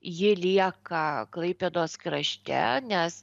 ji lieka klaipėdos krašte nes